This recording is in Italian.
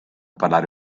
parlare